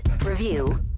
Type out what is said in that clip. review